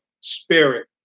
spirit